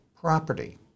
property